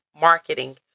marketing